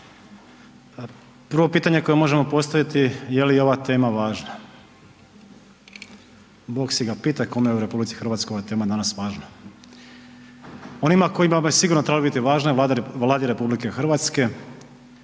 Prvo pitanje koje možemo postaviti je li ova tema važna, bog si ga pitaj kome je u RH ova tema danas važna. Onima kojima bi sigurno trebala biti važna je Vladi RH jer